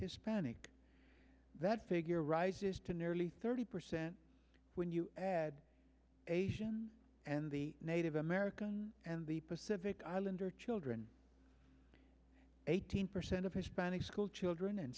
hispanic that figure rises to nearly thirty percent when you head asian and the native america and the pacific islander children eighteen percent of hispanic schoolchildren and